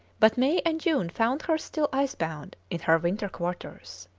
but may and june found her still ice-bound in her winter quarters.